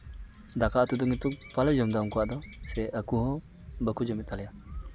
ᱫᱟᱠᱟ ᱩᱛᱩ ᱫᱚ ᱡᱮᱦᱮᱛᱩ ᱵᱟᱞᱮ ᱡᱚᱢ ᱮᱫᱟ ᱩᱱᱠᱩᱣᱟᱜ ᱫᱚ ᱥᱮ ᱟᱠᱚ ᱦᱚᱸ ᱵᱟᱠᱚ ᱡᱚᱢᱮᱜ ᱛᱟᱞᱮᱭᱟ